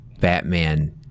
Batman